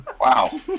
Wow